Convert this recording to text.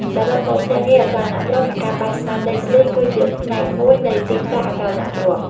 សរុបមក ភ្នាក់ងារអចលនទ្រព្យ និងការប៉ាន់ស្មានដីធ្លី គឺជាផ្នែកមួយនៃទីផ្សារអចលនទ្រព្យ។